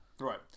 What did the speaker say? right